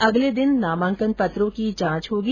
अगले दिन नामांकन पत्रों की जांच होगी